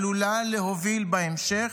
עלולה להוביל בהמשך,